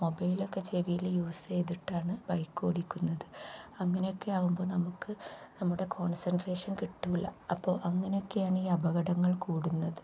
മൊബൈലൊക്കെ ചിലവിൽ യൂസ് ചെയ്തിട്ടാണ് ബൈക്ക് ഓടിക്കുന്നത് അങ്ങനെയൊക്കെ ആവുമ്പോൾ നമുക്ക് നമ്മുടെ കോൺസെൻട്രേഷൻ കിട്ടില്ല അപ്പോൾ അങ്ങനെയൊക്കെയാണ് ഈ അപകടങ്ങൾ കൂടുന്നത്